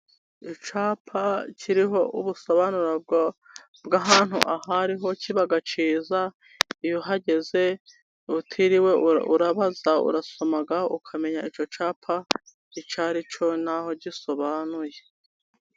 Icyapa kiriho ubusobanura bw'ahantu ahariho kiba cyiza, iyo uhageze utiriwe urabaza, urasoma ukamenya icyo cyapa icyaricyo, naho gisobanuye.